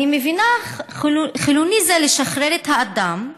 אני מבינה, חילוני זה לשחרר את האדם,